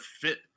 fit